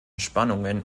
spannungen